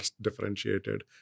differentiated